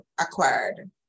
acquired